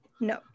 No